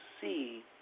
see